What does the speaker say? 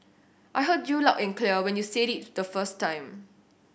I heard you loud and clear when you said it the first time